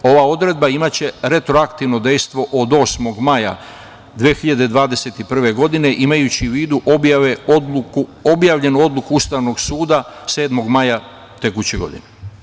Ova odredba imaće retroaktivno dejstvo od 8. maja 2021. godine imajući u vidu objavljenu odluku Ustavnog suda 7. maja tekuće godine.